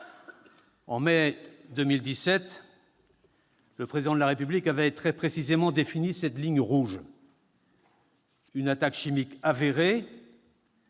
En mai 2017, le Président de la République avait très précisément défini cette ligne rouge : une attaque chimique avérée,